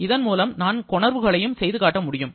இதன்மூலம் நான் கொணர்வுகளையும் செய்து காட்ட முடியும்